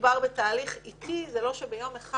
שמדובר בתהליך איטי, זה לא יום אחד.